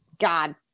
God